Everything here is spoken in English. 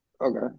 Okay